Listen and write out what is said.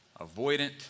avoidant